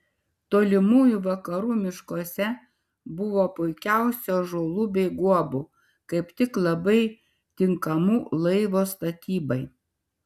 tolimųjų vakarų miškuose buvo puikiausių ąžuolų bei guobų kaip tik labai tinkamų laivo statybai